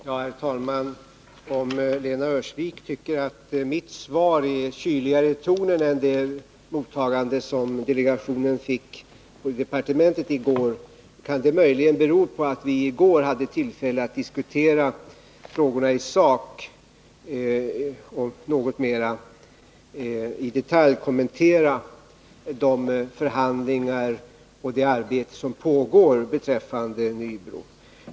Herr talman! Om Lena Öhrsvik tycker att mitt svar är kyligare i tonen än det mottagande som delegationen fick på departementet i går, kan detta möjligen bero på att vi i går hade tillfälle att diskutera frågorna i sak och något mera i detalj kommentera de förhandlingar och det arbete som pågår beträffande Nybro.